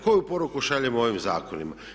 Koju poruku šaljemo ovim zakonima?